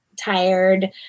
tired